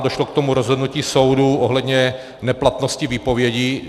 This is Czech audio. Došlo k tomu rozhodnutím soudu ohledně neplatnosti výpovědi.